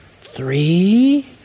three